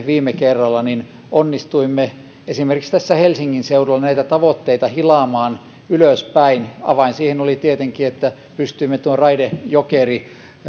viime kerralla onnistuimme esimerkiksi tässä helsingin seudulla näitä tavoitteita hilaamaan ylöspäin avain siihen oli tietenkin että pystyimme raide jokeri